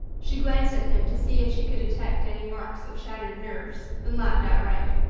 she glanced at him to see if she could detect any marks of shattered nerves, then laughed outright.